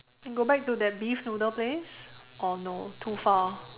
go back to that beef noodle place or no too far